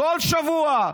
כל שבוע,